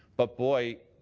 but, boy,